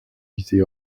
easy